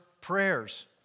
prayers